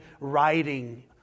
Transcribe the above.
writing